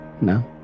no